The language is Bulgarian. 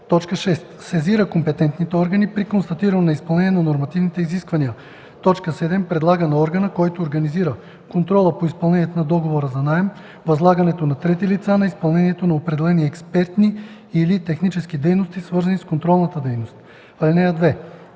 6. сезира компетентните органи – при констатирано неизпълнение на нормативни изисквания; 7. предлага на органа, който организира контрола по изпълнението на договора за наем, възлагането на трети лица на изпълнението на определени експертни или технически дейности, свързани с контролната дейност. (2)